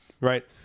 Right